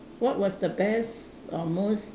what was the best or most